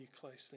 closely